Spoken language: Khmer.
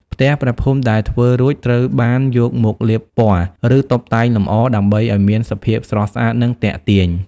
ផ្ទះព្រះភូមិដែលធ្វើរួច ត្រូវបានយកមកលាបពណ៌ ឬតុបតែងលម្អដើម្បីឲ្យមានសភាពស្រស់ស្អាត និងទាក់ទាញ។